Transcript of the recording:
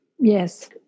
yes